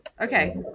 Okay